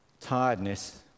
Tiredness